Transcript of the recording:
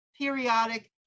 periodic